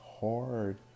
hard